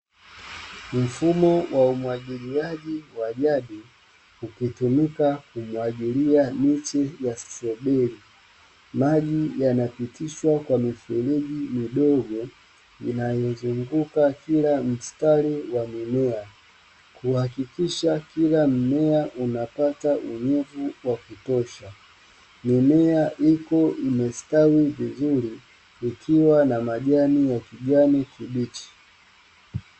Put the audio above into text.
Mfumo wa umwagiliaji wa jadi ukitumika kumwagilia miti ya strawberi maji yanapitishwa kwa mifereji midogo inayozunguka kila mistari ya mimea kuhakikisha kila mmea unapata unyevu wa kutosha. Mimea iko imestawi vizuri ikiwa na majani ya kijani kibichi.